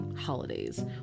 holidays